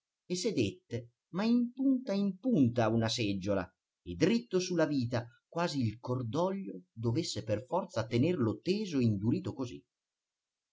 e sedette ma in punta in punta a una seggiola e dritto sulla vita quasi il cordoglio dovesse per forza tenerlo teso e indurito così